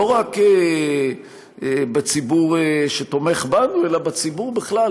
לא רק בציבור שתומך בנו אלא בציבור בכלל.